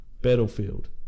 Battlefield